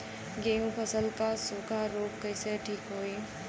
गेहूँक फसल क सूखा ऱोग कईसे ठीक होई?